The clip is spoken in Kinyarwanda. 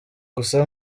gusa